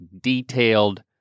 detailed